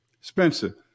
Spencer